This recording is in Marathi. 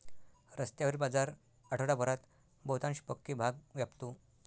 रस्त्यावरील बाजार आठवडाभरात बहुतांश पक्के भाग व्यापतो